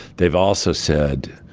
they've also said